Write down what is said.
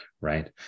right